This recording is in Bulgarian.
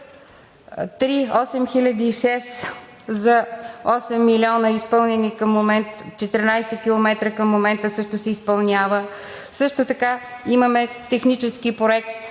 Път III-8006 – за осем милиона, изпълнени към момента 14 км, към момента също се изпълнява. Също така имаме технически проект